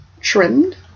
trimmed